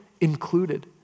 included